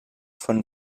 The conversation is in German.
von